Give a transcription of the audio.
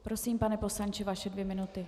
Prosím, pane poslanče, vaše dvě minuty.